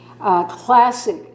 Classic